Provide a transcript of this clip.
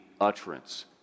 utterance